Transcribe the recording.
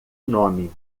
nome